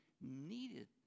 needed